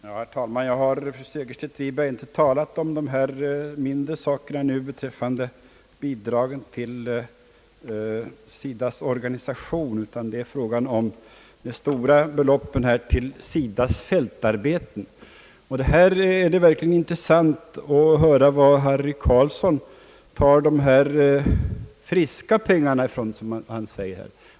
Herr talman! Jag har, fru Segerstedt Wiberg, inte talat om dessa mindre saker nu beträffande bidragen = till SIDA:s organisation, utan det är fråga om de stora beloppen till SIDA:s fältarbeten. Och då är det verkligen intressant att höra var herr Harry Carlsson tar dessa som han säger friska pengar ifrån.